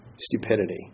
stupidity